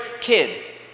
kid